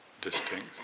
distinct